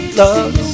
love